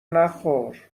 نخور